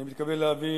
אני מתכבד להביא